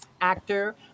actor